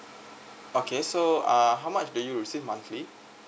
okay so uh how much do you receive monthly